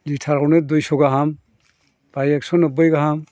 लिटारावनो दुइस' गाहाम बा एक्स' नोबबै गाहाम